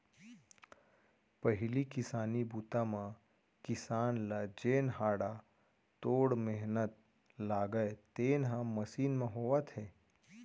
पहिली किसानी बूता म किसान ल जेन हाड़ा तोड़ मेहनत लागय तेन ह मसीन म होवत हे